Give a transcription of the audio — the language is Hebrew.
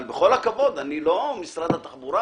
אבל בכל הכבוד, אני לא משרד התחבורה.